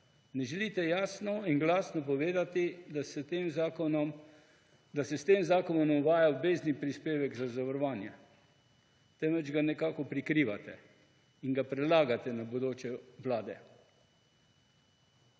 Ne želite jasno in glasno povedati, da se s tem zakonom uvaja obvezni prispevek za zavarovanje, temveč ga nekako prikrivate in ga prelagate na bodoče vlade.